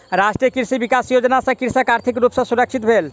राष्ट्रीय कृषि विकास योजना सॅ कृषक आर्थिक रूप सॅ सुरक्षित भेल